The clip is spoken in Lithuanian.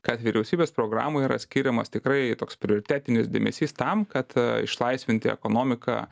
kad vyriausybės programoje yra skiriamas tikrai toks prioritetinis dėmesys tam kad išlaisvinti ekonomiką